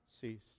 cease